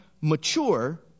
mature